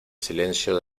silencio